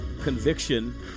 conviction